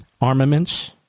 armaments